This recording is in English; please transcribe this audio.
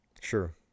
sure